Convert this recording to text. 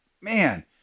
man